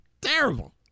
Terrible